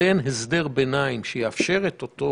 יהיה הסדר ביניים שיאפשר את אותו